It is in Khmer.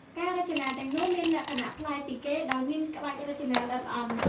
ការរចនាទាំងនោះមានលក្ខណៈប្លែកពីគេដោយមានក្បាច់រចនាល្អិតល្អន់។